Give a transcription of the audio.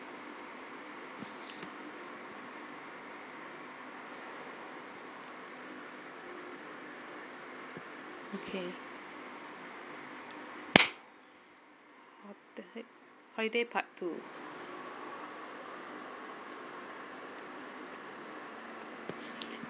okay holiday part two